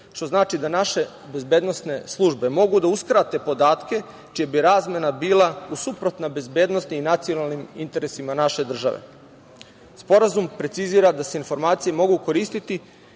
što znači da naše bezbednosne službe mogu da uskrate podatke čija bi razmena bila suprotna bezbednosnim i nacionalnim interesima naše države. Sporazum precizira da se informacije mogu koristiti